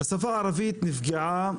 השפה הערבית נפגעה,